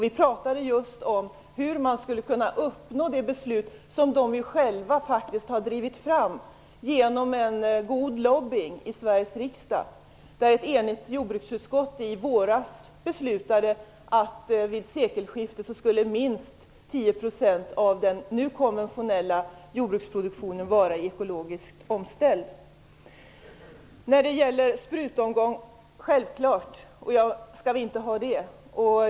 Vi talade om hur man skulle kunna uppnå det beslut som de själva faktiskt drivit fram genom en god lobbyverksamhet i Sveriges riksdag. Ett enigt jordbruksutskott stod bakom beslutet i våras att vid sekelskiftet skulle minst 10 % av den nuvarande jordbruksproduktionen vara ekologiskt omställd. Självklart vill vi inte nu ha en stor sprutomgång.